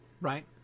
right